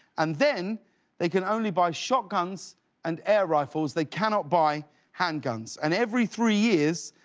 and then they can only buy shotguns and air rifles. they cannot buy handguns. and every three years,